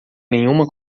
nenhuma